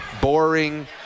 boring